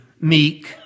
meek